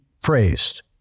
phrased